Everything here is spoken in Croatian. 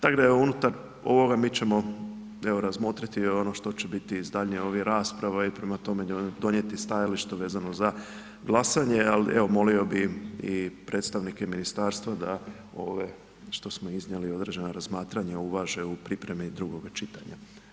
Tako da unutar ovoga mi ćemo razmotriti ono što će biti iz daljnjih rasprava i prema tome donijeti stajalište vezano za glasanje, ali evo molio bih i predstavnike ministarstva da ove što smo iznijeli određena razmatranja uvaže u pripremni i drugoga čitanja.